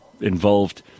involved